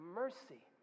mercy